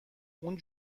اون